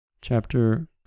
Chapter